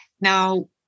now